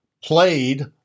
played